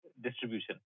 distribution